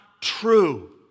true